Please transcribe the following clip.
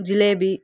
jalebi